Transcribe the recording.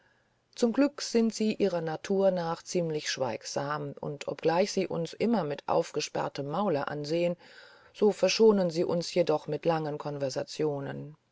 zum glück sind sie ihrer natur nach ziemlich schweigsam und obgleich sie uns immer mit aufgesperrtem maule ansehen so verschonen sie uns jedoch mit langen konversationen